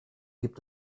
gibt